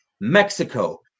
Mexico